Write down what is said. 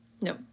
No